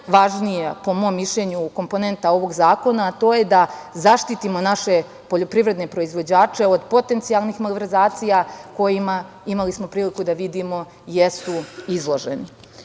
Najvažnija, po mom mišljenju, komponenta ovog zakona je da zaštitimo naše poljoprivredne proizvođače od potencijalnih malverzacija kojima, imali smo priliku da vidimo, jesu izloženi. Da